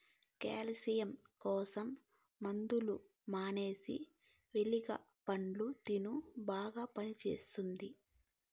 calcium కోసం మందులు మానేసి వెలగ పండు తిను బాగా పనిచేస్తది